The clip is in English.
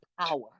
power